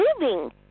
moving